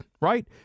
right